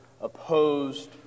opposed